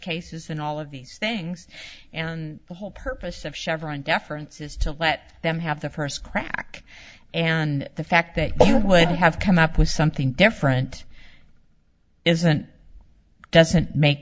cases and all of these things and the whole purpose of chevron deference is to let them have the first crack and the fact that when you have come up with something different isn't doesn't make